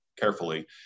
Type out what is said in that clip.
carefully